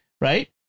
right